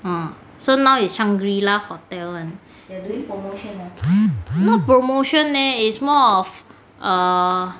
ah so now is shang-ri la hotel [one] not promotion eh it's more of err